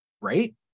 right